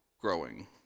growing